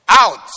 out